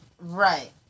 Right